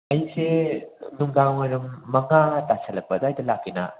ꯑꯩꯁꯦ ꯅꯨꯡꯗꯥꯡ ꯋꯥꯏꯔꯝ ꯃꯉꯥ ꯇꯥꯁꯜꯂꯛꯄ ꯑꯗꯥꯏꯗ ꯂꯥꯛꯀꯦꯅ